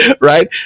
right